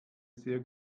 sehr